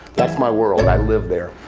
that's my world, i live there.